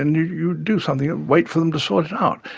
and you'd you'd do something and wait for them to sort it out.